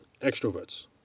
extroverts